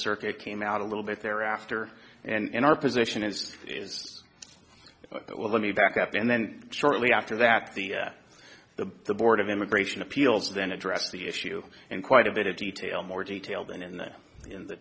circuit came out a little bit thereafter and our position is is well let me back up and then shortly after that the the board of immigration appeals then addressed the issue in quite a bit of detail more detail than in the in the